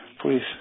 please